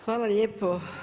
Hvala lijepo.